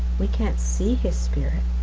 we can't see his spirit,